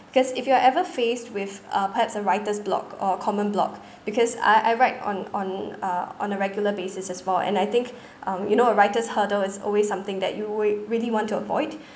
because if you are ever faced with uh perhaps a writer's block or common block because I I write on on uh on a regular basis as well and I think um you know a writer's hurdle is always something that you rea~ really want to avoid